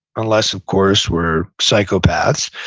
unless, of course, we're psychopaths,